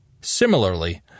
Similarly